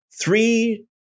three